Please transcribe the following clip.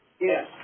Yes